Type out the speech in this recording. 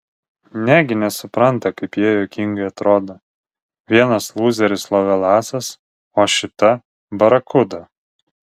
negi nesupranta kaip jie juokingai atrodo vienas lūzeris lovelasas o šita barakuda